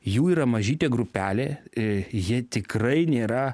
jų yra mažytė grupelė i jie tikrai nėra